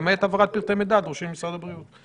פרטי מידע הדרושים למשרד הבריאות.